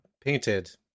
painted